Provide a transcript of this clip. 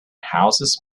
houses